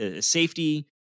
safety